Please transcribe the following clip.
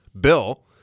bill